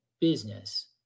business